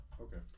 okay